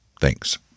Thanks